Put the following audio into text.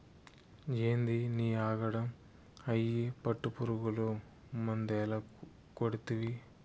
ఏందినీ ఆగడం, అయ్యి పట్టుపురుగులు మందేల కొడ్తివి